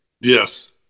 Yes